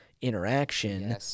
interaction